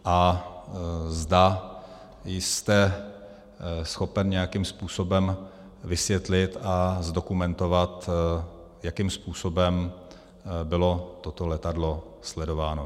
A zda jste schopen nějakým způsobem vysvětlit a zdokumentovat, jakým způsobem bylo toto letadlo sledováno.